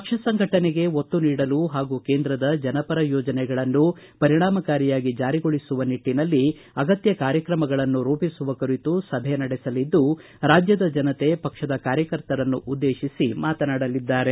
ಪಕ್ಷ ಸಂಘಟನೆಗೆ ಒತ್ತು ನೀಡಲು ಹಾಗೂ ಕೇಂದ್ರದ ಜನಪರ ಯೋಜನೆಗಳನ್ನು ಪರಿಣಾಮಕಾರಿಯಾಗಿ ಜಾರಿಗೊಳಿಸುವ ನಿಟ್ಟಿನಲ್ಲಿ ಅಗತ್ಯ ಕಾರ್ಯಕ್ರಮಗಳನ್ನು ರೂಪಿಸುವ ಕುರಿತು ಸಭೆ ನಡೆಸಲಿದ್ದು ರಾಜ್ಯದ ಜನತೆ ಪಕ್ಷದ ಕಾರ್ಯಕರ್ತರನ್ನು ಉದ್ದೇಶಿಸಿ ಮಾತನಾಡಲಿದ್ದಾರೆ